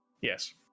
Yes